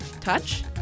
Touch